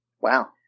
Wow